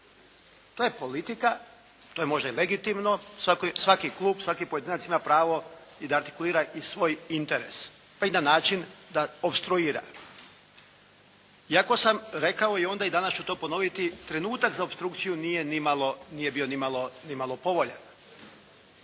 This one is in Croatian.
To je politika, to je možda i legitimno. Svaki klub, svaki pojedinac ima pravo i da artikulira i svoj interes, pa i na način da opstruira. Iako sam rekao onda i danas ću to ponoviti trenutak za opstrukcije nije bio nimalo povoljan.